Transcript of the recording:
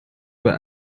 were